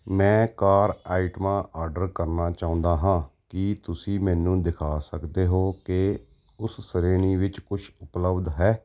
ਮੈਂ ਕਾਰ ਆਈਟਮਾਂ ਆਰਡਰ ਕਰਨਾ ਚਾਹੁੰਦਾ ਹਾਂ ਕੀ ਤੁਸੀਂ ਮੈਨੂੰ ਦਿਖਾ ਸਕਦੇ ਹੋ ਕਿ ਉਸ ਸ਼੍ਰੇਣੀ ਵਿੱਚ ਕੁਛ ਉਪਲੱਬਧ ਹੈ